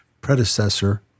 predecessor